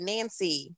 Nancy